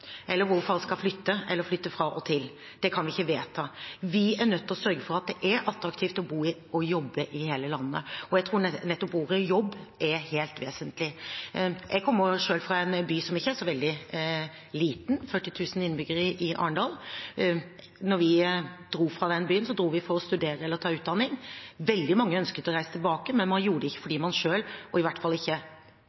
eller hvor folk skal flytte, eller flytte fra og til; det kan vi ikke vedta. Vi er nødt til å sørge for at det er attraktivt å bo og jobbe i hele landet, og jeg tror nettopp ordet «jobb» er helt vesentlig. Jeg kommer selv fra en by som ikke er så veldig liten – det er 40 000 innbyggere i Arendal. Da vi dro fra den byen, var det for å studere eller å ta utdanning. Veldig mange ønsket å reise tilbake, men man gjorde det ikke